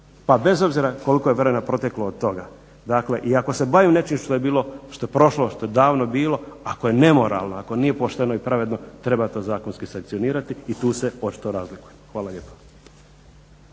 pa bez obzira koliko je vremena proteklo od toga. Dakle, i ako se bavi nečim što je bilo, što je prošlo i što je davno bilo ako je nemoralno, ako nije pošteno i pravedno treba to zakonski sankcionirati i tu se očito razlikujemo. Hvala lijepa.